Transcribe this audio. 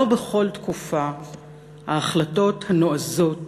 לא בכל תקופה ההחלטות הנועזות